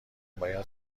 باید